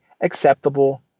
acceptable